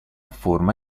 forma